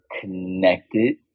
connected